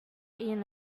ian